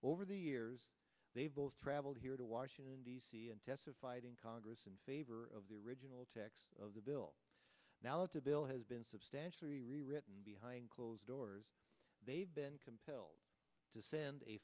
over the years they've both traveled here to washington d c and testified in congress in favor of the original text of the bill now to bill has been substantially rewritten behind closed doors they've been compelled to send a